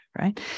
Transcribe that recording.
right